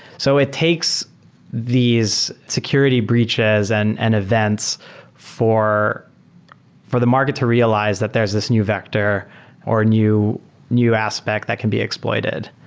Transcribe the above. so it takes these security breaches and and events for for the market to realize that there is this new vector or new new aspect that can be exploited.